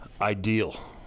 Ideal